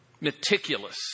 meticulous